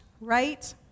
right